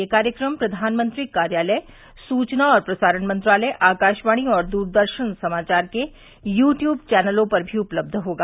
यह कार्यक्रम प्रधानमंत्री कार्यालय सूचना और प्रसारण मंत्रालय आकाशवाणी और दूरदर्शन समाचार के यू ट्यूब चैनलों पर भी उपलब्ध होगा